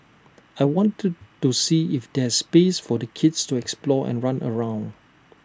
I wanted to see if there's space for the kids to explore and run around